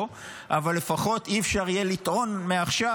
אבל לפחות אי-אפשר יהיה לטעון מעכשיו